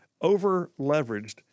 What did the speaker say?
over-leveraged